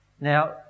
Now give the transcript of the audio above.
Now